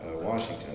Washington